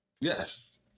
yes